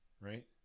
Right